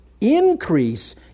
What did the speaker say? increase